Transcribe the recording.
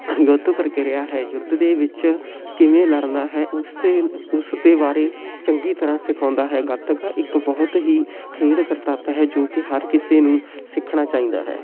ਯੁੱਧ ਪ੍ਰਕਿਰਿਆ ਹੈ ਯੁੱਧ ਦੇ ਵਿੱਚ ਕਿਵੇਂ ਲੜਨਾ ਹੈ ਉਸ ਦੇ ਉਸ ਦੇ ਬਾਰੇ ਚੰਗੀ ਤਰ੍ਹਾਂ ਸਿਖਾਉਂਦਾ ਹੈ ਗੱਤਕਾ ਇੱਕ ਬਹੁਤ ਹੀ ਖੇਡ ਕਰਤੱਵ ਹੈ ਜੋ ਕਿ ਹਰ ਕਿਸੇ ਨੂੰ ਸਿੱਖਣਾ ਚਾਹੀਦਾ ਹੈ